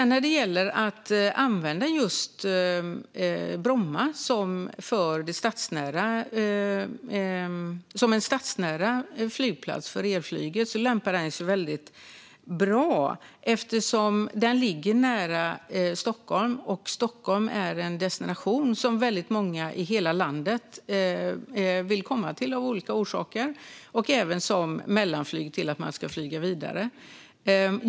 När det gäller att använda just Bromma som en stadsnära flygplats för elflyget lämpar sig Bromma väldigt bra eftersom flygplatsen ligger nära Stockholm, och Stockholm är en destination som väldigt många i hela landet vill komma till av olika orsaker, även som mellanlandning för att flyga vidare.